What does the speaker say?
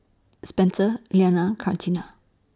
Spencer Leanna Catrina